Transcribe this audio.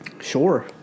Sure